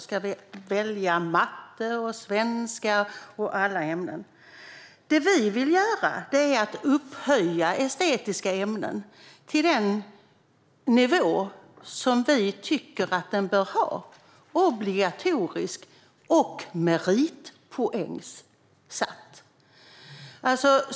Ska man kunna välja matte, svenska och alla andra ämnen? Det vi vill göra är att upphöja estetiska ämnen till den nivå som vi tycker att de bör ha: obligatoriskt och meritpoängsatt.